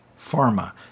pharma